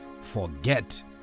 Forget